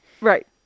Right